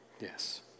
Yes